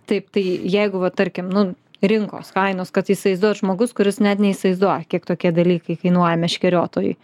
taip tai jeigu vat tarkim nu rinkos kainos kad įsivaizduot žmogus kuris net neįsivaizduoja kiek tokie dalykai kainuoja meškeriotojui